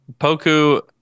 Poku